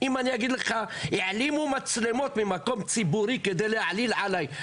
אם אני אגיד לך שהעלימו מצלמות ממקום ציבורי כדי להעליל עלי,